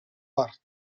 part